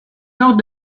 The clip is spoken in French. nord